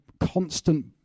constant